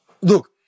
Look